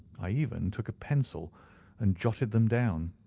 i even took a pencil and jotted them down.